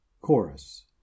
Chorus